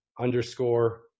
underscore